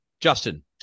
Justin